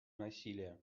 насилия